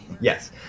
Yes